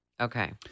okay